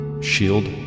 Shield